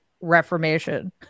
reformation